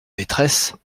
maîtresse